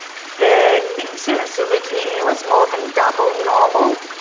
the incidence of leukemia was more than double normal.